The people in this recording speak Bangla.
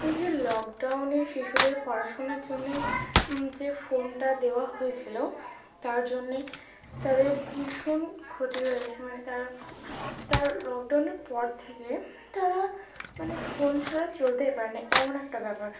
এই যে লকডাউনে শিশুদের পড়াশোনার জন্যে যে ফোনটা দেওয়া হয়েছিলো তার জন্যে তাদের ভীষণ ক্ষতি হয়ে গেছে মানে তারা তার লকডাউনের পর থেকে তারা মানে ফোন ছাড়া চলতেই পারে না এমন একটা ব্যাপার